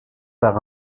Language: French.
par